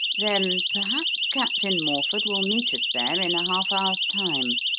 then perhaps captain morford will meet us there in a half hour's time.